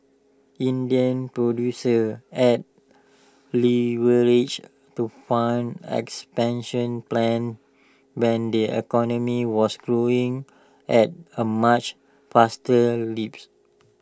Indian producers added leverage to fund expansion plans when the economy was growing at A much faster lips